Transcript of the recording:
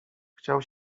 chciał